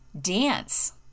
Dance